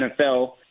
NFL